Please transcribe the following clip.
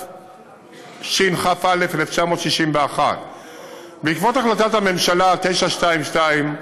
התשכ"א 1961. בעקבות החלטת הממשלה 922,